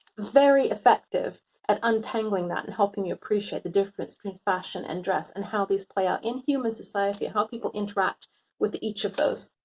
very effective at untangling that and helping you appreciate the difference between fashion and dress and how these play out in human society, how people interact with each of those.